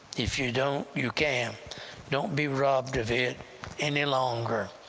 if you don't, you can don't be robbed of it any longer.